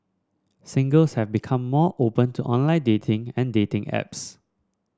singles have become more open to online dating and dating apps